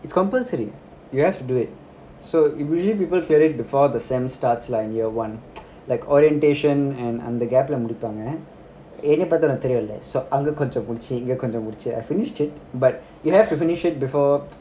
it's compulsory you have to do it so usually people clear it before the sem starts like in year one like orientation and அந்த:antha gap lah முடிப்பாங்க ஏற்கனவேஉனக்குதெரியும்லஅங்ககொஞ்சம்முடிச்சுஇங்ககொஞ்சம்முடிச்சு:mudippanga erkanave unakku theiyumala anga kooncham mudichi inga kooncham mudichi I finished it but you have to finish it before